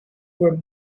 were